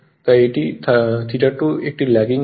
তাই এই 2 এটি ল্যাগিং হয়